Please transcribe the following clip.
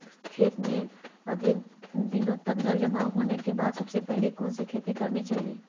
खेत में अधिक दिनों तक जल जमाओ होने के बाद सबसे पहली कौन सी खेती करनी चाहिए?